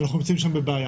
אנחנו נמצאים שם בבעיה.